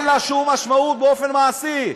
אין לה שום משמעות באופן מעשי.